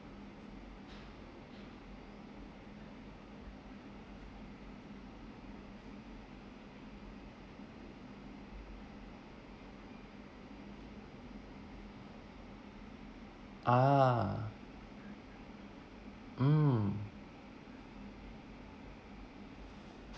ah mm